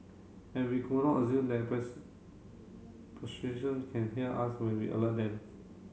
and we could not assume that can hear us when we alert them